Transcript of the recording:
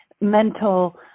mental